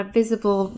visible